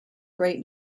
great